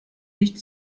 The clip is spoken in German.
nicht